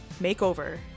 makeover